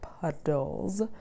puddles